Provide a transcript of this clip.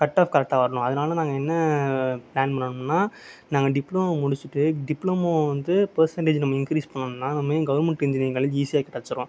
cutoff கரெக்டாக வரணும் அதனால் நாங்கள் என்ன பிளான் பண்ணுனோம்னா நாங்கள் டிப்ளமோ முடிச்சுட்டு டிப்ளமோ வந்து பெர்சன்ட்டேஜ் நம்ம இன்கிரிஸ் பண்ணனும்னா நமக்கு கவர்மெண்ட் இஞ்ஜினீரிங் காலேஜ் ஈஸியாக கிடச்சுடும்